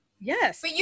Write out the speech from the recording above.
Yes